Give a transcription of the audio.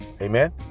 Amen